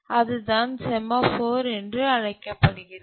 அதுதான் செமாஃபோர் என்று அழைக்கப்படுகிறது